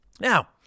Now